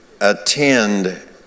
attend